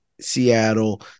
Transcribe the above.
Seattle